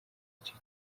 icyo